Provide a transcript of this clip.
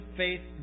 faith